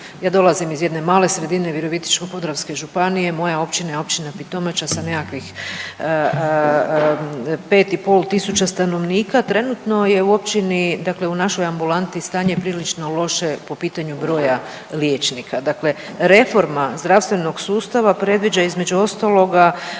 Ja dolazim iz jedne male sredine Virovitičko-podravske županije, moja općina je Općina Pitomača sa nekakvih 5,5 tisuća stanovnika. Trenutno je u općini dakle u našoj ambulanti stanje prilično loše po pitanju broja liječnika. Dakle, reforma zdravstvenog sustava predviđa između ostaloga